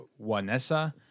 Juanessa